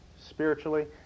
spiritually